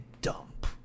dump